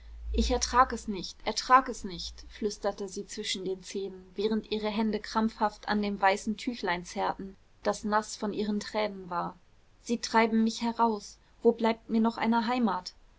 ich ertrag es nicht ertrag es nicht flüsterte sie zwischen den zähnen während ihre hände krampfhaft an dem weißen tüchlein zerrten das naß von ihren tränen war sie treiben mich heraus wo bleibt mir noch eine heimat